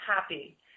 happy